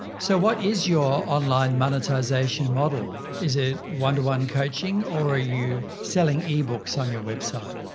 so what is your online monetization model? is it one to one coaching or are you selling ebooks on your website?